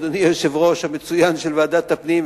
אדוני היושב-ראש המצוין של ועדת הפנים,